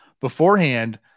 beforehand